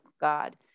God